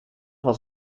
was